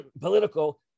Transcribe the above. political